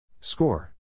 Score